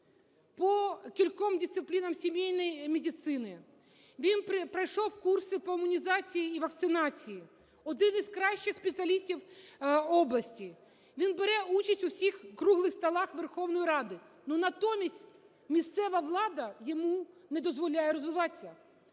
по кільком дисциплінам сімейної медицини. Він пройшов курси по імунізації і вакцинації. Один із кращих спеціалістів області, він бере участь у всіх круглих столах Верховної Ради, но натомість місцева влада йому не дозволяє розвиватися.